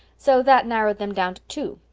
so that narrowed them down to two.